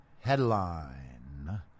headline